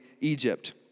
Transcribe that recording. Egypt